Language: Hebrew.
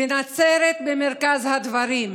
ונצרת במרכז הדברים.